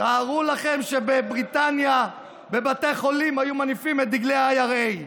תארו לכם שבבריטניה בבתי חולים היו מניפים את דגלי IRA,